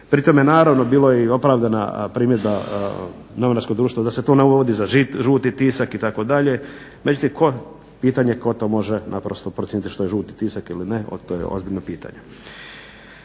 Pri tome naravno bilo je i opravdana primjedba novinarskog društva da se to ne uvodi za žuti tisak itd. međutim pitanje tko to može naprosto procijeniti što je žuti tisak ili ne. To je ozbiljno pitanje.